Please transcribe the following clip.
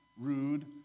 rude